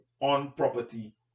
on-property